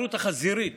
והתחרות החזירית